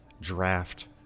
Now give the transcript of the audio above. draft